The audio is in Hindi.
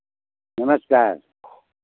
नमस्कार